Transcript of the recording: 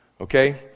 okay